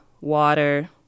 water